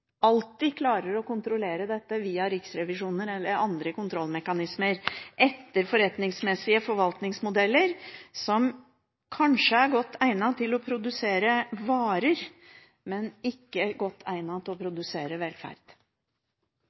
alltid klarer å kontrollere dette via Riksrevisjonen eller andre kontrollmekanismer etter forretningsmessige forvaltningsmodeller, som kanskje er godt egnet til å produsere varer, men ikke godt egnet til å produsere velferd.